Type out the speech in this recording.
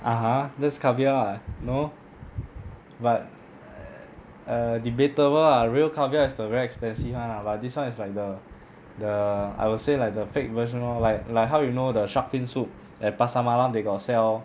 (uh huh) that's caviar ah no but err debatable lah real caviar is the very expensive [one] lah but this [one] is like the the I would say like the fake version lor like like how you know the shark fin soup at pasar malam they got sell